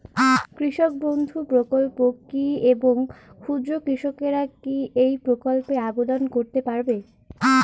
কৃষক বন্ধু প্রকল্প কী এবং ক্ষুদ্র কৃষকেরা কী এই প্রকল্পে আবেদন করতে পারবে?